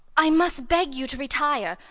i must beg you to retire.